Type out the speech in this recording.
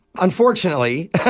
Unfortunately